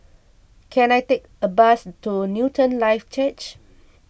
can I take a bus to Newton Life Church